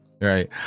Right